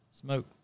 smoke